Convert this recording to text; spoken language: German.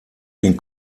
den